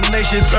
Nation